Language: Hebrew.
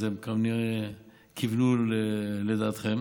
אז הם כנראה כיוונו לדעתכם,